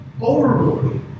overboard